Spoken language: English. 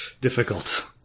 difficult